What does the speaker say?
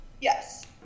Yes